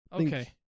Okay